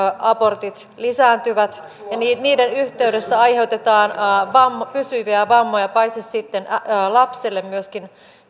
abortit lisääntyvät ja niiden yhteydessä aiheutetaan pysyviä vammoja ja myöskin kuolemantuottamuksia paitsi lapselle myöskin